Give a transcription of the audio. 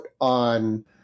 on